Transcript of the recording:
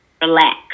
relax